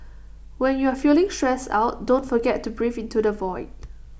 when you are feeling stressed out don't forget to breathe into the void